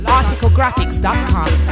articlegraphics.com